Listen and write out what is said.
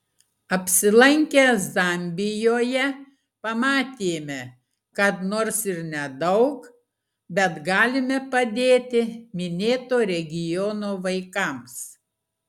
apsilankę zambijoje pamatėme kad nors ir nedaug bet galime padėti minėto regiono vaikams